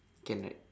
can right